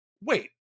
wait